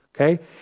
Okay